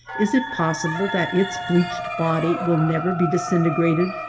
is it possible that its bleached body will never be disintegrated,